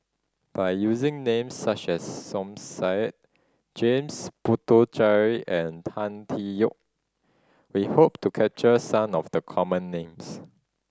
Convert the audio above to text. by using names such as Som Said James Puthucheary and Tan Tee Yoke we hope to capture some of the common names